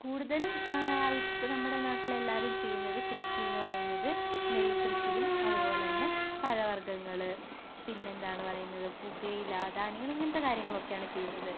കൂടുതലും ആൾക്ക് നമ്മുടെ നാട്ടിൽ എല്ലാവരും ചെയ്യുന്നത് കൃഷിന്ന് പറയുന്നത് നെൽകൃഷിയും അതുപോലെതന്നെ പഴവർഗ്ഗങ്ങൾ പിന്നെന്താണ് പറയുന്നത് പുകയില ധാന്യങ്ങൾ ഇങ്ങനത്തെ കാര്യങ്ങളൊക്കെയാണ് ചെയ്യുന്നത്